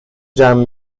جمع